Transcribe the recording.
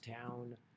town